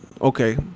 okay